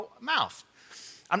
mouth